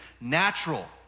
natural